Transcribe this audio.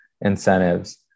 incentives